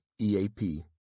EAP